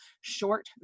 short